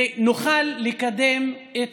ונוכל לקדם את